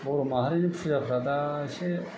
बर' माहारिनि फुजाफोरा दा एसे